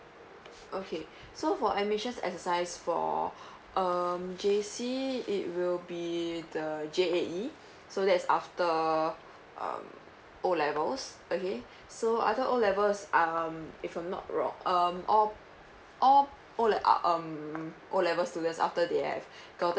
okay so for admissions exercise for um J_C it will be the J_A_E so that's after um O levels okay so other O levels um if I'm not wrong um all all O level uh um O level students after they have gotten